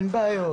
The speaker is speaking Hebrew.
אין בעיות.